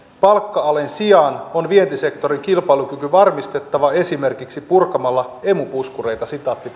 palkka alen sijaan on vientisektorin kilpailukyky varmistettava esimerkiksi purkamalla emu puskureita